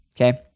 okay